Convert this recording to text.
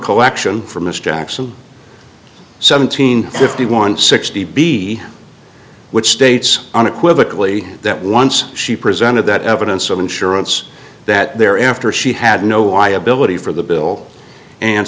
collection from miss jackson seventeen fifty one sixty b which states on equivocally that once she presented that evidence of insurance that there after she had no why ability for the bill and